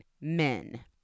men